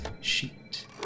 sheet